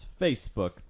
Facebook